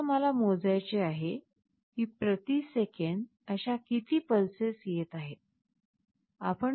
समजा मला मोजायचे आहे की प्रति सेकंद अशा किती पल्सेस येत आहेत